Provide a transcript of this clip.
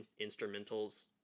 instrumentals